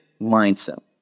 mindset